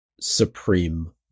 Supreme